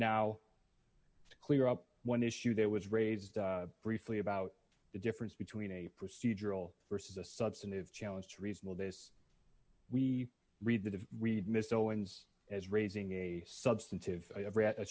now to clear up one issue that was raised briefly about the difference between a procedural versus a substantive challenge to reasonable this we read that have read mr owens as raising a substantive a